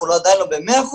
אנחנו עדיין לא ב-100%,